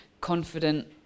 confident